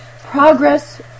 Progress